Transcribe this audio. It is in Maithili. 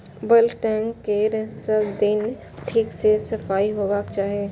बल्क टैंक केर सब दिन ठीक सं सफाइ होबाक चाही